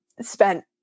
spent